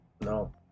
No